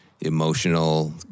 Emotional